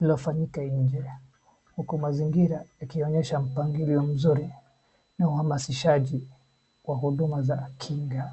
lililofanyika nje, uku mazingira yakionyesha mpangilio mzuri na uhamasishaji wa huduma za kinga.